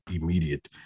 immediate